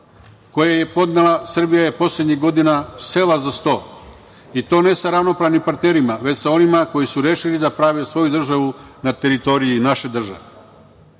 koje je podnela Srbija je poslednjih godina sela za sto i to ne sa ravnopravnim partnerima, već sa onima koji su rešili da prave svoju državu na teritoriji naše države.A,